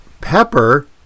Pepper